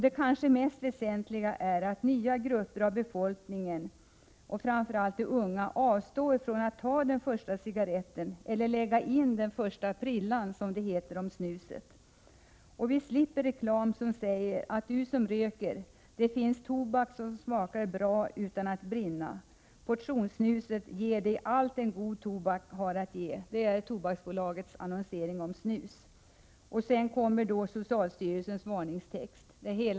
Det kanske mest väsentliga är att nya grupper av befolkningen och framför allt de unga avstår från att ta den första cigaretten eller lägga in den första, som det heter, snusprillan. I Tobaksbolagets annonser om snus sägs det att ”du som röker — det finns tobak som smakar bra utan att brinna. Portionssnuset ——— ger dig allt en god tobak har att ge.” I samma annons finns sedan socialstyrelsens varningstext.